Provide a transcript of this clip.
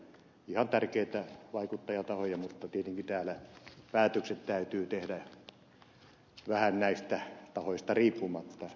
ihan tärkeitä vaikuttajatahoja mutta tietenkin täällä päätökset täytyy tehdä vähän näistä tahoista riippumatta